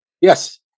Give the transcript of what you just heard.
Yes